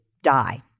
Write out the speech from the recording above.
die